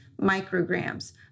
micrograms